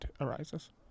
arises